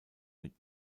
mit